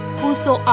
whoso